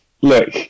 look